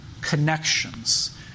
connections